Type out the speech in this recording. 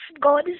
God